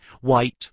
white